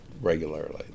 regularly